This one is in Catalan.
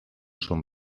són